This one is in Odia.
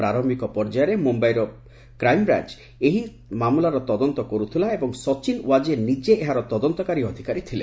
ପ୍ରାରୟିକ ପର୍ଯ୍ୟାୟରେ ମୁମ୍ବାଇ ପୁଲିସର କ୍ରାଇମ୍ବ୍ରାଞ୍ଚ ଏହି ମାମଲାର ତଦନ୍ତ କରୁଥିଲା ଏବଂ ସଚିନ ୱାଜେ ନିଜେ ଏହାର ତଦନ୍ତକାରୀ ଅଧିକାରୀ ଥିଲେ